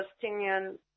Palestinian